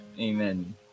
Amen